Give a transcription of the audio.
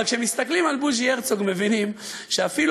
אבל כשמסתכלים על בוז'י הרצוג מבינים שאפילו